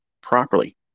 properly